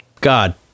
God